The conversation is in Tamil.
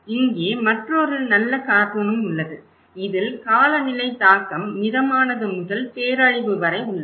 இங்கே மற்றொரு நல்ல கார்ட்டூனும் உள்ளது இதில் காலநிலை தாக்கம் மிதமானது முதல் பேரழிவு வரை உள்ளது